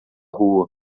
rua